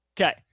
Okay